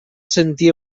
sentir